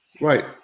Right